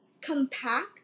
compact